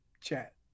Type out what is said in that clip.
chat